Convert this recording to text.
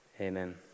amen